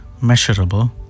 measurable